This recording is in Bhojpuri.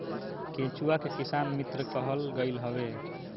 केचुआ के किसान मित्र कहल गईल हवे